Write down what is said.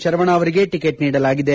ಶರವಣ ಅವರಿಗೆ ಟಕೆಟ್ ನೀಡಲಾಗಿದೆ